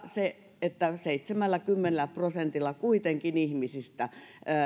se että seitsemälläkymmenellä prosentilla kuitenkin ihmisistä